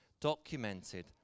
documented